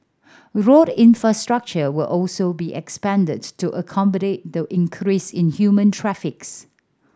road infrastructure will also be expanded to accommodate the increase in human traffics